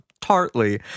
tartly